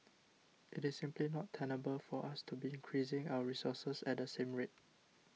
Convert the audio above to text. it is simply not tenable for us to be increasing our resources at the same rate